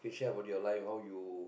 you share about your life how you